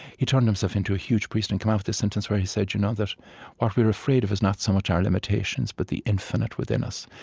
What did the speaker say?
he turned himself into a huge priest and came out with this sentence where he said you know that what we are afraid of is not so much our limitations, but the infinite within us.